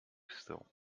still